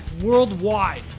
worldwide